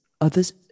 others